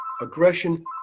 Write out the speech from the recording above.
aggression